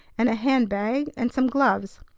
and a hand-bag and some gloves.